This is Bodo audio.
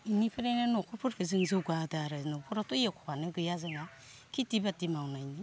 इनिफ्रायनो न'खरफोरखो जों जौगा होदों आरो न'खरावथ' एखआनो गैया जोंहा खिथि बाथि मावनायनि